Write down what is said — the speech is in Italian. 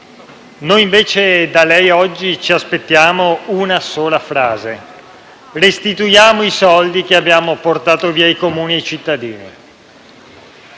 Noi, invece, da lei oggi ci aspettiamo una sola frase: «Restituiamo i soldi che abbiamo portato via ai comuni cittadini;